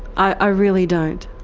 i really don't.